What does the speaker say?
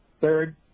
third